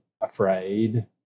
afraid